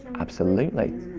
absolutely.